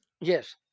Yes